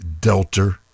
delta